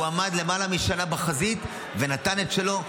הוא עמד למעלה משנה בחזית ונתן את שלו,